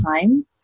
time